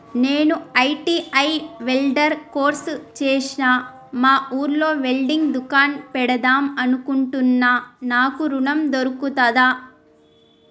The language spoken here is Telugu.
నేను ఐ.టి.ఐ వెల్డర్ కోర్సు చేశ్న మా ఊర్లో వెల్డింగ్ దుకాన్ పెడదాం అనుకుంటున్నా నాకు ఋణం దొర్కుతదా?